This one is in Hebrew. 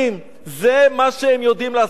זה מה שיודעים לעשות בליכוד.